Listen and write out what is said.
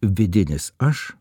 vidinis aš